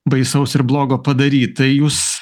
baisaus ir blogo padaryt tai jūs